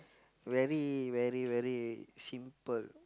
very very very simple